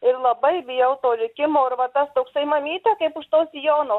ir labai bijau to likimo ir va tas toksai mamyte kaip už to sijono